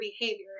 behavior